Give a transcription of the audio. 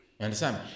understand